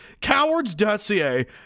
Cowards.ca